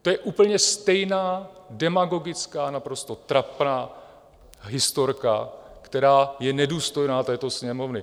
To je úplně stejná demagogická, naprosto trapná historka, která je nedůstojná této Sněmovny.